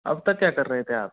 अब तक क्या कर रहे थे आप